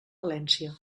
valència